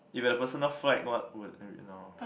if you have a personal flag what would